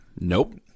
Nope